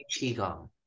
qigong